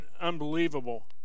unbelievable